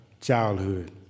childhood